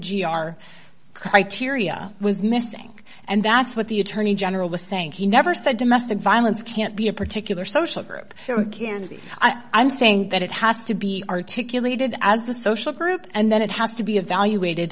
r criteria was missing and that's what the attorney general was saying he never said domestic violence can't be a particular social group can be i'm saying that it has to be articulated as the social group and then it has to be evaluated